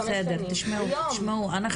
בסדר, בסדר, תשמעו, אנחנו